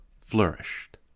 flourished